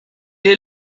est